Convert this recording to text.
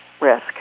risk